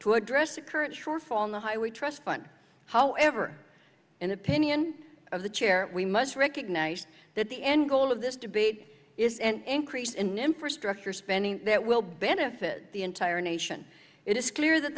to address the current shortfall in the highway trust fund however in opinion of the chair we must recognize that the end goal of this debate is and increase in infrastructure spending that will benefit the entire nation it is clear that